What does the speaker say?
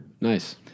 nice